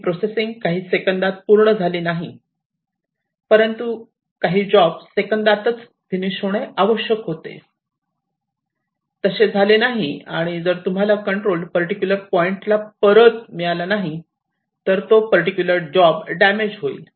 ती प्रोसेसिंग काही सेकंदात पूर्ण झाली नाही परंतु काही जॉब सेकंदातच फिनिश होणे आवश्यक होते तसे झाले नाही आणि जर तुम्हाला कंट्रोल पर्टिक्युलर पॉइंटला परत मिळाला नाही तर तो पर्टिक्युलर जॉब डॅमेज होईल